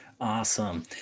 Awesome